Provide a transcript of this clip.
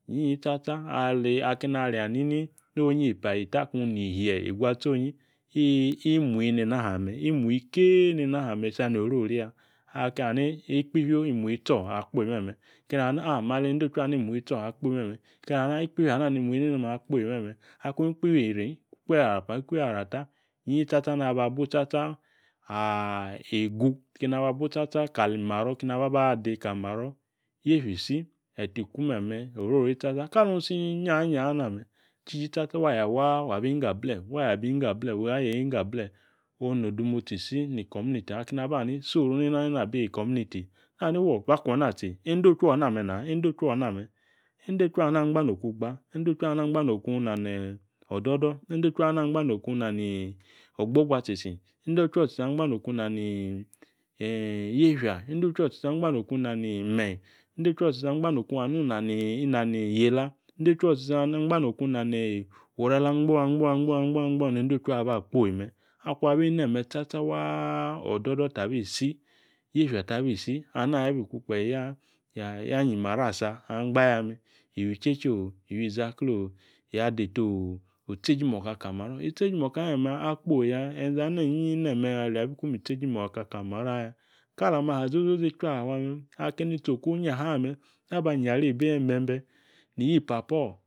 . Inyiyi tsatsa akina rianini nonyi epa eta kung ni ishie eguatsonyi imuyi nena hame̱ imuyi kee ne na hame̱ sani oriori ya aka ani ikpifio imuyi tso akpo me̱me̱. Akung ikpifio eri ikpifio arapa ikpifio arata inyiyi waa naba bu tsatsa Egu kena aba bu tsatsa kali imaro keni aba ba de kali maro. Yi tseje imoka meme akpo ya. E̱nze̱ inyiyi inameya ali biku itseje imoka kali maro̱ aya. Kalam aha zozozo inchwi awiafa me̱ akini tsi oku inyaha me naba ayare ibi ne bembe iyi papo̱.